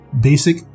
Basic